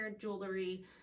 jewelry